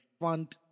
fund